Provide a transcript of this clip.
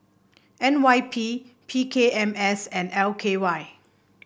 N Y P P K M S and L K Y